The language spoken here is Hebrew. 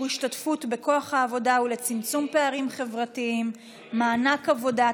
השתתפות בכוח העבודה ולצמצום פערים חברתיים (מענק עבודה)